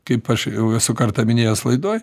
kaip aš jau esu kartą minėjęs laidoj